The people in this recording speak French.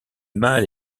mâles